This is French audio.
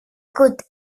côte